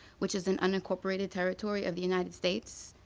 which is an unincorporated territory of the united states.